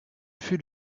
fut